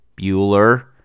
Bueller